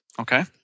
Okay